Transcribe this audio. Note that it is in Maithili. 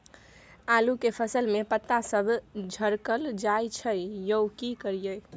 आलू के फसल में पता सब झरकल जाय छै यो की करियैई?